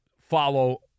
follow